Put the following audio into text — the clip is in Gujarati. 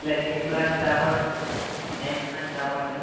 એટલે સેમ બ્રાન્ચ તા પણ છે